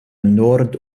nord